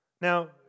Now